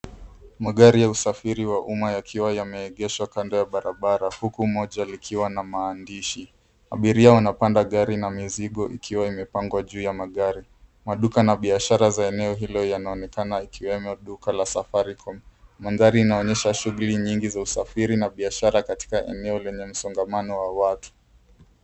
Magari ya usafiri wa umma yakiwa yameegeshwa kando ya barabara, huku moja likiwa na maandishi. Abiria wanapanda gari na mizigo ikiwa imepangwa juu ya magari. Maduka na biashara za eneo hilo yanaonekana, ikiwemo duka la Safaricom. Mandhari inaonyesha shughuli nyingi za usafiri na biashara katika eneo lenye msongamano wa watu.